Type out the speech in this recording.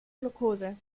glukose